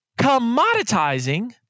commoditizing